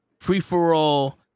free-for-all